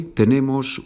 tenemos